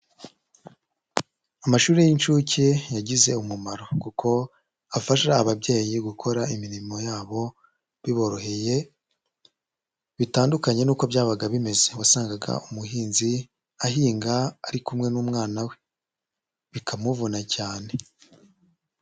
Amashuri y'incuke yagize umumaro, kuko afasha ababyeyi gukora imirimo yabo biboroheye, bitandukanye n'uko byabaga bimeze, wasangaga umuhinzi ahinga ari kumwe n'umwana we, bikamuvuna cyane.